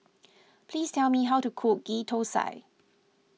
please tell me how to cook Ghee Thosai